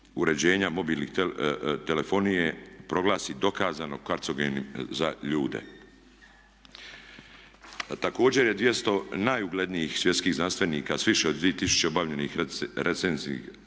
uređenja mobilne telefonije proglasi dokazano karcinogenim za ljude. Također je 200 najuglednijih svjetskih znanstvenika sa više od 2000 tisuće obavljenih recenznih